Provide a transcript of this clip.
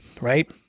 Right